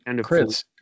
Chris